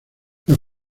las